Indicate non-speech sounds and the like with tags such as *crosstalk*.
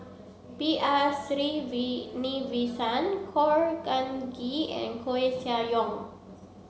B R *unintelligible* Khor Ean Ghee and Koeh Sia Yong